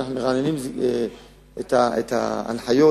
אנחנו מרעננים את ההנחיות,